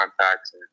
contacts